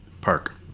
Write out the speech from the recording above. Park